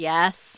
Yes